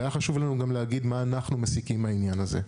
היה חשוב לנו גם להגיד מה אנחנו מסיקים מהעניין הזה.